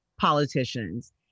politicians